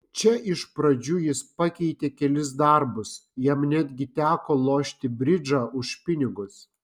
čia iš pradžių jis pakeitė kelis darbus jam netgi teko lošti bridžą už pinigus